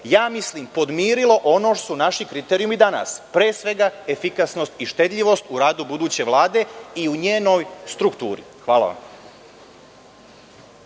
ja mislim, podmirilo ono što su naši kriterijumi danas, pre svega efikasnost i štedljivost u radu buduće Vlade i u njenoj strukturi. Hvala vam.